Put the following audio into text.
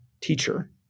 teacher